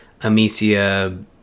Amicia